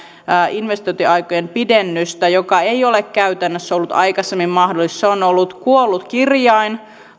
investointiaikojen pidennystä joka ei ole käytännössä ollut aikaisemmin mahdollista se on ollut niin sanotusti kuollut kirjain